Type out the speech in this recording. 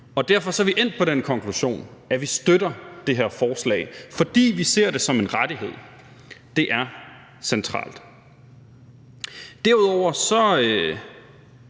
Derfor er vi endt på den konklusion, at vi støtter det her forslag, fordi vi ser det som en rettighed. Det er centralt. Derudover er